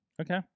Okay